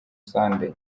sunday